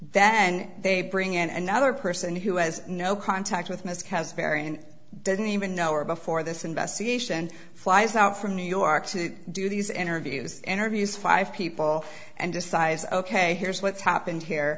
then they bring in another person who has no contact with mr has very and doesn't even know or before this investigation flies out from new york to do these interviews interviews five people and decides ok here's what's happened here